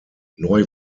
neu